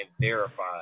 verify